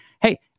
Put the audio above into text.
Hey